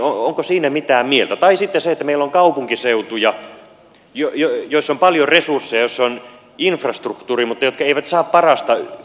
onko siinä mitään mieltä tai sitten siinä että meillä on kaupunkiseutuja joissa on paljon resursseja joissa on infrastruktuuri mutta jotka eivät saa parasta vielä irti